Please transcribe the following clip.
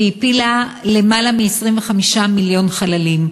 והפילה יותר מ-25 מיליון חללים,